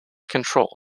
control